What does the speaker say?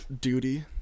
duty